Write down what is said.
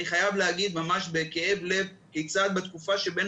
אני חייב להגיד ממש בכאב לב כיצד בתקופה שבין